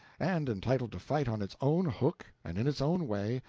and entitled to fight on its own hook and in its own way,